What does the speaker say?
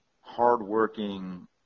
hard-working